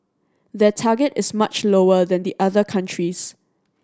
their target is much lower than the other countries